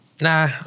nah